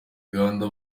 uganda